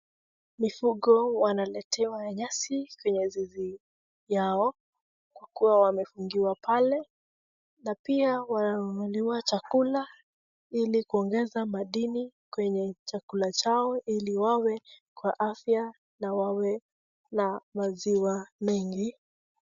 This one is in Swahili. Mifugo wanaletewa nyasi kwenye zizi yao, kwa kuwa wamefungiwa pale na pia wananunuliwa chakula ili kuongeza madini kwenye chakula chao ili wawe kwa afya na wawe na maziwa mengi.